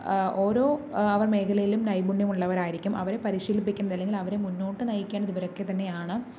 ഓരോ ആവർ മേഖലയിലും നൈപുണ്യമുള്ളവരായിരിക്കും അവരെ പരിശീലിപ്പിക്കുന്നത് അല്ലെങ്കിൽ അവരെ മുന്നോട്ട് നയിക്കാൻ ഇവരൊക്കെ തന്നെയാണ്